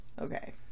Okay